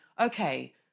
okay